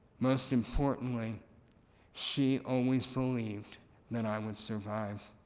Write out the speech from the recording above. most importantly she always believed that i would survive.